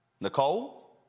Nicole